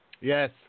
Yes